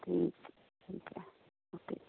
ਠੀਕ ਠੀਕ ਹੈ ਓਕੇ